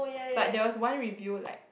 but there was one review like